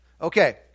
Okay